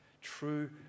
true